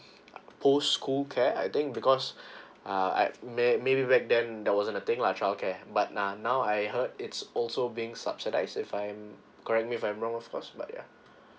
whole school care I think because uh I may~ maybe back then that wasn't a thing lah child care but uh now I heard it's also being subsidize if I'm correct me if I'm wrong of course but yeah